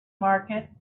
market